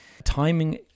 Timing